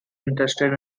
interested